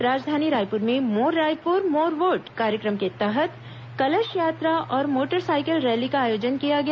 राजधानी रायपुर में मोर रायपुर मोर वोट कार्यक्रम के तहत कलश यात्रा और मोटरसाइकिल रैली का आयोजन किया गया